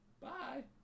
Bye